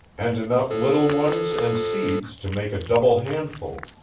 and enough little ones and seeds to make a double handful.